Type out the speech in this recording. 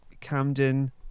Camden